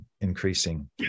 increasing